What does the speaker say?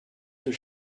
her